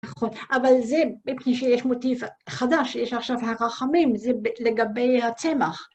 נכון, אבל זה בפני שיש מוטיף חדש, יש עכשיו הרחמים, זה לגבי הצמח.